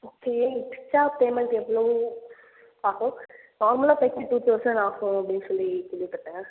okay extra payment எவ்வளோ ஆகும் நார்மலாக தைக்க டூ தௌசண்ட் ஆகும் அப்படின்னு சொல்லி கேள்விப்பட்டேன்